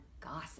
gossip